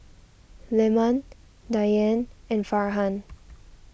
Leman Dian and Farhan